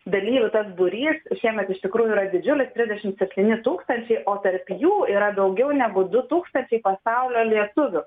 dalyvių tas būrys šiemet iš tikrųjų yra didžiulis trisdešimt septyni tūkstančiai o tarp jų yra daugiau negu du tūkstančiai pasaulio lietuvių